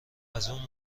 ازاون